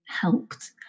helped